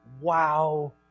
wow